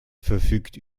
verfügt